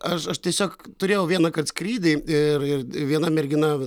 aš aš tiesiog turėjau vienąkart skrydį ir ir viena mergina